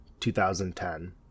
2010